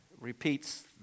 repeats